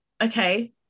Okay